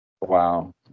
wow